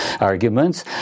arguments